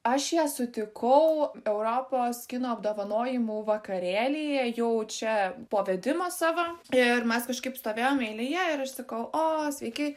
aš ją sutikau europos kino apdovanojimų vakarėlyje jau čia po vedimo savo ir mes kažkaip stovėjom eilėje ir aš sakau o sveiki